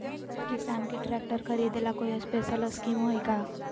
किसान के ट्रैक्टर खरीदे ला कोई स्पेशल स्कीमो हइ का?